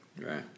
right